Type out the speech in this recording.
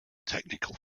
technical